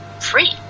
free